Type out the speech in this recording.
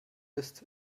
isst